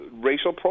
racial